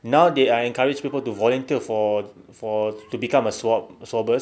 now they are encourage people to volunteer for for to become a swab~ swabbers